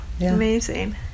Amazing